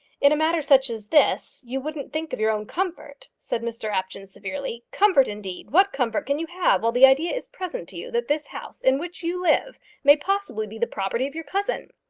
in a matter such as this you wouldn't think of your own comfort! said mr apjohn severely. comfort, indeed! what comfort can you have while the idea is present to you that this house in which you live may possibly be the property of your cousin?